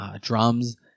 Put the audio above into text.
drums